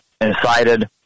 incited